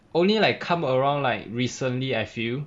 only like come around like recently I feel